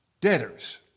debtors